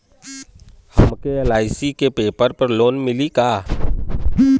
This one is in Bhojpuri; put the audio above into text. हमके एल.आई.सी के पेपर पर लोन मिली का?